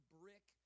brick